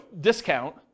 discount